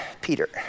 Peter